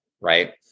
Right